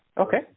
Okay